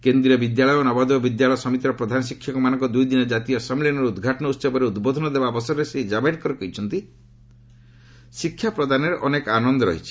କେନ୍ଦ୍ରୀୟ ବିଦ୍ୟାଳୟ ଓ ନବୋଦୟ ବିଦ୍ୟାଳୟ ସମିତିର ପ୍ରଧାନ ଶିକ୍ଷକମାନଙ୍କ ଦୁଇ ଦିନିଆ କାତୀୟ ସମ୍ମିଳନୀରେ ଉଦ୍ଘାଟନ ଉହବରେ ଉଦ୍ବୋଧନ ଦେବା ଅବସରରେ ଶ୍ରୀ କାଭଡେକର କହିଛନ୍ତି ଶିକ୍ଷା ପ୍ରଦାନରେ ଅନେକ ଆନନ୍ଦ ରହିଛି